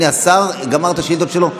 השר גמר את השאילתות שלו,